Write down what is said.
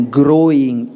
growing